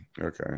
okay